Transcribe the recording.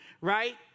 right